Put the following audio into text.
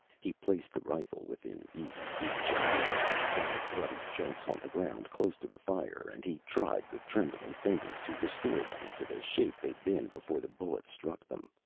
he placed the rifle within easy reach and arranged the five bloody chunks on the ground close to the fire and he tried with trembling fingers to restore them to the shape they'd been before the bullets struck them.